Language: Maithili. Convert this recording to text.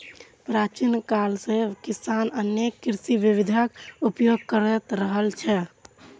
प्राचीन काल सं किसान अनेक कृषि विधिक उपयोग करैत रहल छै